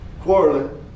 quarreling